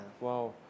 Wow